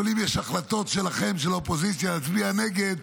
גם אם יש החלטות שלכם, של האופוזיציה, להצביע נגד,